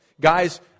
Guys